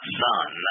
son